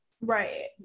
right